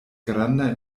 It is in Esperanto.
granda